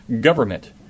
government